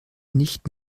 nicht